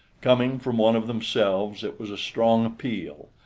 coming from one of themselves it was a strong appeal,